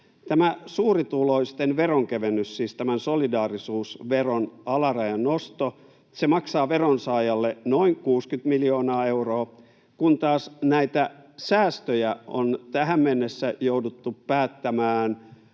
suurituloisten veronkevennys, siis tämän solidaarisuusveron alarajan nosto, maksaa veronsaajalle noin 60 miljoonaa euroa, kun taas näitä säästöjä on tähän mennessä jouduttu päättämään